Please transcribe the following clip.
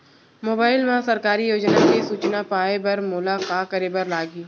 mobile मा सरकारी योजना के सूचना पाए बर मोला का करे बर लागही